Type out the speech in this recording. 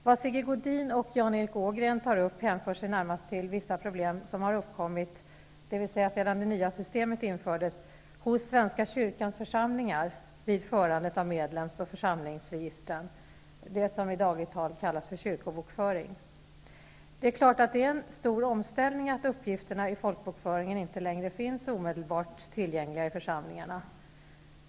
Vad Sigge Godin och Jan Erik Ågren tar upp hänför sig närmast till vissa problem som har uppkommit -- dvs. sedan det nya systemet infördes -- hos svenska kyrkans församlingar vid förandet av medlems och församlingsregistren, det som i dagligt tal kallas kyrkobokföring. Det är klart att det är en stor omställning att uppgifterna i folkbokföringen inte längre finns omedelbart tillgängliga i församlingarna.